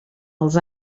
els